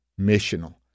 missional